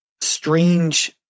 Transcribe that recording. Strange